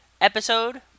episode